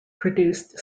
produced